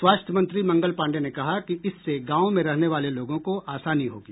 स्वास्थ्य मंत्री मंगल पांडेय ने कहा कि इससे गांवों में रहने वालों लोगों को आसानी होगी